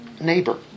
neighbor